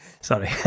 Sorry